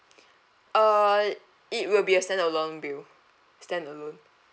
uh it will be a standalone bill standalone